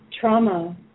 trauma